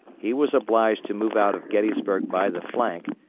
he was obliged to move out of gettysburg by the flank,